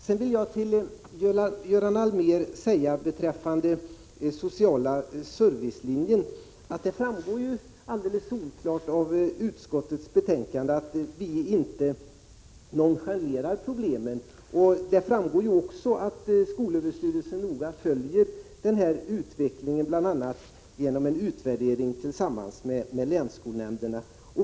Till Göran Allmér vill jag säga beträffande den sociala servicelinjen: Det framgår helt solklart av utskottsbetänkandet att vi inte nonchalerar problemen. Det framgår också att skolöverstyrelsen noggrant följer utvecklingen, bl.a. genom en utvärdering tillsammans med länsskolnämnderna.